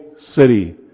city